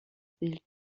bild